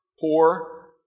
poor